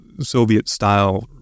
Soviet-style